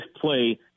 play –